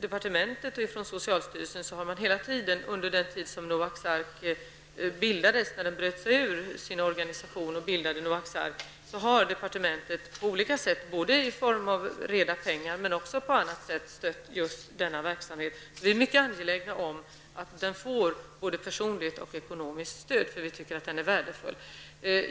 departementet och från socialstyrelsen hela tiden sedan man bröt sig ut ur en annan organisation och bildade Noaks ark, i form av reda pengar och på annat sätt har stött denna verksamhet. Vi är mycket angelägna om att den får både personligt och ekonomiskt stöd, eftersom vi tycker att den är värdefull.